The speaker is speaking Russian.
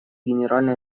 генеральной